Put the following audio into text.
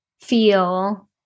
feel